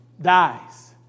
dies